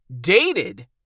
dated